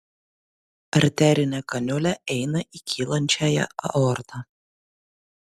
arterinė kaniulė eina į kylančiąją aortą